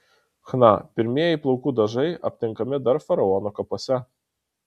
chna pirmieji plaukų dažai aptinkami dar faraonų kapuose